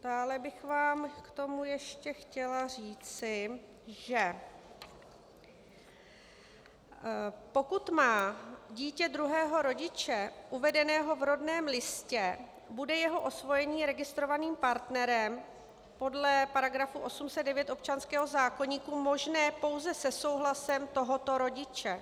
Dále bych vám k tomu ještě chtěla říci, že pokud má dítě druhého rodiče uvedeného v rodném listě, bude jeho osvojení registrovaným partnerem podle § 809 občanského zákoníku možné pouze se souhlasem tohoto rodiče.